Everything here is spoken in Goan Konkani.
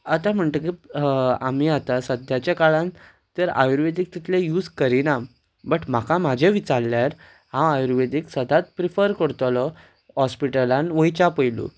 आतां म्हणटकीर आमी आतां सद्याच्या काळान तर आयुर्वेदीक तितलें यूज करिना बट म्हाका म्हजे विचारल्यार हांव आयुर्वेदीक सदांच प्रिफर करतलो हॉस्पिटलान वयच्या पयलू